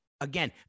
Again